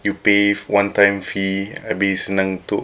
you pay one-time fee habis senang untuk